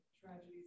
tragedies